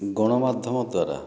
ଗଣମାଧ୍ୟମ ଦ୍ୱାରା